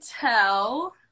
tell